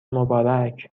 مبارک